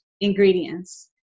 ingredients